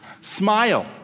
Smile